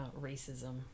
racism